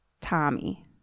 Tommy